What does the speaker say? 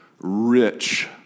rich